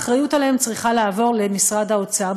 האחריות להם צריכה לעבור למשרד האוצר,